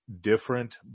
different